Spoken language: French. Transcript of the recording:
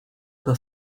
par